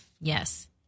Yes